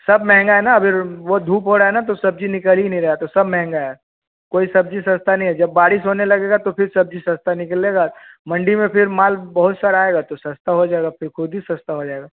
सब महँगा हैं ना अभी वह धूप हो रहा है ना तो सब्ज़ी निकल ही नहीं रहा है तो सब महँगा हैं कोई सब्ज़ी सस्ता नहीं है जब बारिश होने लगेगा तो फिर सब्ज़ी सस्ता निकलेगा मंडी में फिर माल बहुत सारा आएगा तो सस्ता हो जाएगा फिर खुद ही सस्ता हो जाएगा